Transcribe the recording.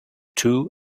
two